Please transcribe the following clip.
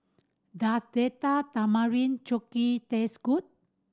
does Date Tamarind Chutney taste good